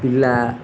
ଥିଲା